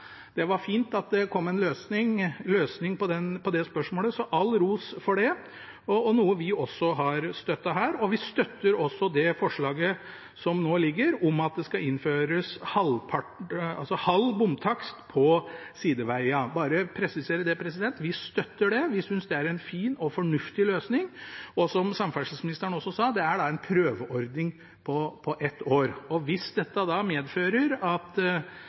det var fint at det kom en løsning på det spørsmålet – all ros for det – noe vi også har støttet her. Vi støtter også det forslaget som nå foreligger, om at det skal innføres halv bomtakst på sidevegene. Jeg vil bare presisere det: Vi støtter det, vi synes det er en fin og fornuftig løsning. Som samferdselsministeren også sa: Det er en prøveordning for ett år, og hvis dette medfører at